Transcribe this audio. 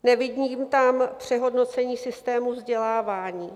Nevidím tam přehodnocení systému vzdělávání.